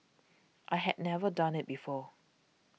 I had never done it before